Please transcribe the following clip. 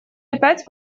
опять